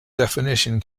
definition